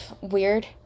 weird